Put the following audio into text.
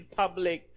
public